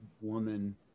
woman